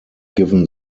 given